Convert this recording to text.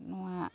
ᱱᱚᱣᱟ